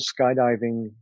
skydiving